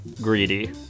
greedy